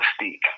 mystique